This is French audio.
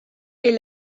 est